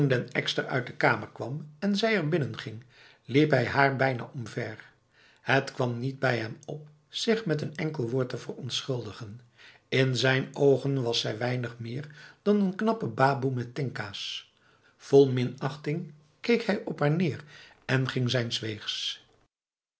ekster uit de kamer kwam en zij er binnenging liep hij haar bijna omver het kwam niet bij hem op zich met een enkel woord te verontschuldigen in zijn ogen was zij weinig meer dan een knappe baboe met tinka's vol minachting keek hij op haar neer en ging zijns weegs